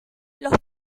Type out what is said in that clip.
los